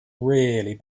really